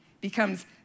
becomes